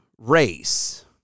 Race